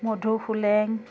মধুসোলেং